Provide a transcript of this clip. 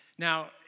Now